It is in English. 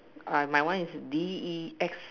ah my one is D E S